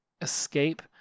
escape